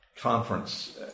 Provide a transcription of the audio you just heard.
conference